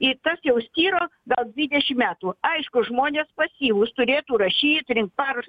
ir tas jau styro gal dvidešim metų aišku žmonės pasyvūs turėtų rašyt rinkt parašus